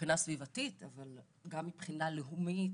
מבחינה סביבתית אבל גם מבחינה לאומית,